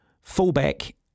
Fullback